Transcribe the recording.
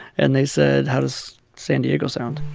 and they said, how does san diego sound?